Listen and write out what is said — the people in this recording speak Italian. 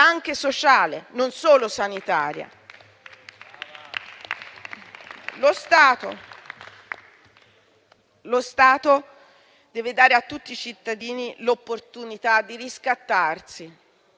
anche sociale, non solo sanitaria. Lo Stato deve dare a tutti i cittadini l'opportunità di riscattarsi.